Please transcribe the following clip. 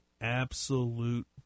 absolute